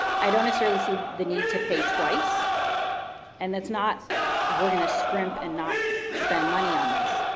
i don't necessarily see the need to pay twice and it's not we're gonna scrimp and not spend money on this,